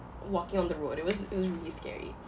walking on the road it was it was really scary